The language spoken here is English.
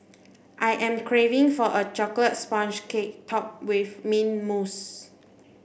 I am craving for a chocolate sponge cake topped with mint mousse